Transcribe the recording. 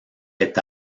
est